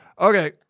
Okay